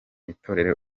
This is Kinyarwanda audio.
itorero